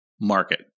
Market